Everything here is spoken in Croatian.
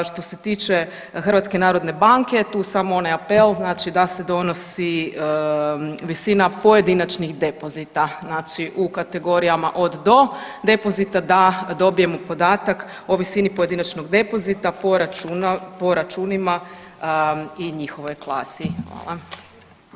Što se tiče HNB-a tu samo onaj apel znači da se donosi visina pojedinačnih depozita znači u kategorijama od do depozita da dobijemo podatak o visini pojedinačnog depozita po računima i njihovoj klasi.